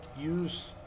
use